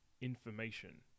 information